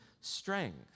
strength